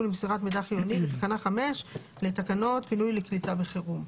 למסירת מידע חיוני בתקנה 5 לתקנות פינוי ולקליטה בחירום.